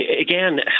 again